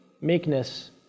meekness